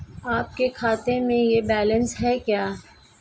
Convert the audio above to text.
आपके खाते में यह बैलेंस है क्या?